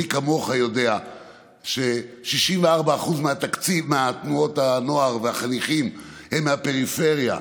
ומי כמוך יודע ש-64% מתנועות הנוער והחניכים הם מהפריפריה,